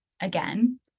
again